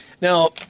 Now